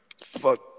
fuck